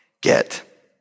get